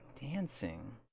Dancing